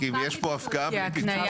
כי אם יש פה הפקעה בלי פיצוי.